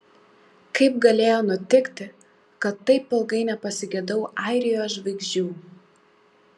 kaip galėjo nutikti kad taip ilgai nepasigedau airijos žvaigždžių